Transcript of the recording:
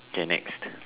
okay next